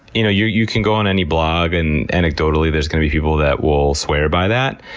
you know you you can go on any blog and anecdotally there's going to be people that will swear by that.